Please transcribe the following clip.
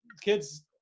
kids